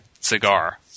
cigar